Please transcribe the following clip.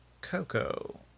Coco